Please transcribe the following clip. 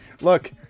Look